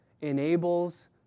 enables